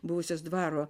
buvusios dvaro